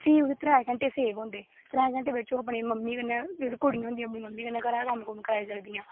फ्ही ओह्दे त्रै घैंटे सेव होंदे त्रै घैंटे बिच्च अपनी मम्मी कन्नै जेह्कियां कुड़ियां होंदियां ओह् अपनी मम्मी कन्नै कम्म कराई सकदियां